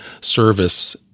service